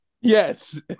Yes